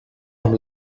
amb